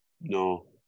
No